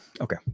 okay